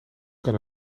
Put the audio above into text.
kan